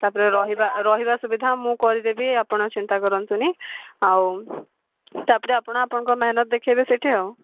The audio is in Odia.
ତା'ପରେ ରହିବା ରହିବା ସୁବିଧା ମୁଁ କରିଦେବି ଆପଣ ଚିନ୍ତା କରନ୍ତୁନି ଆଉ ତା'ପରେ ଆପଣ ଆପଣଙ୍କ ମେହେନତ ଦେଖେଇବେ ସେଇଠି ଆଉ